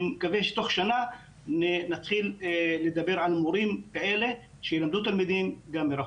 אני מקווה שתוך שנה נתחיל לדבר על מורים כאלה שילמדו תלמידים גם מרחוק.